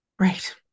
Right